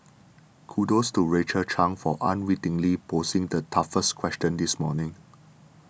kudos to Rachel Chang for unwittingly posing the toughest question this morning